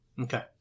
Okay